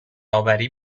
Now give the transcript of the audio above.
آوری